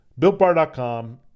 BuiltBar.com